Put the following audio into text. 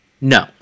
No